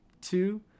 Two